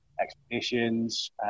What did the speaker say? expeditions